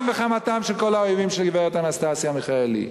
וחמתם של כל האויבים של גברת אנסטסיה מיכאלי.